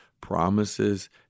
Promises